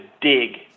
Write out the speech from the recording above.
dig